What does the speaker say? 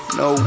no